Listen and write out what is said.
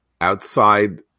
outside